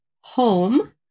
Home